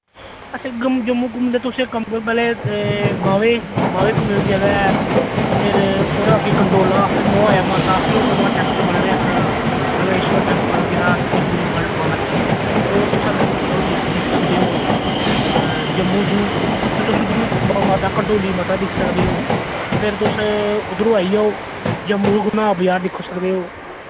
अच्छा गम जम्मू घुम्मने तुस इक कम्म करो पैह्ले एह् बावे बावे घुम्मने आह्ली जगह ऐ फिर और अग्गे गंडोला फिर मोह्माया माता फिर ओह् नोवा टैम्पल बने दा इक रामेश्वर टैम्पल जेह्ड़ा त्रिपुरी बालाजी फिर ओह् तुस आगे ओह् दिक्ख दिक्ख सकदे ओ जम्मू जू फिर तुस उद्दरु माता कंडोली माता दिक्ख सकदे ओ फिर तुस उद्दरु आई जाओ जम्मू रघुनाथ बजार दिक्खो सकदे ओ